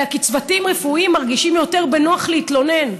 אלא כי צוותים רפואיים מרגישים יותר בנוח להתלונן.